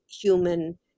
human